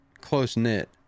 close-knit